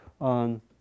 on